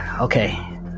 okay